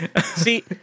See